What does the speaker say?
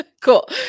cool